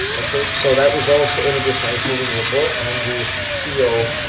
okay, so that was also in addition. that was moving the report and the so